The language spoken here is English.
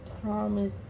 promise